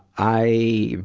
i,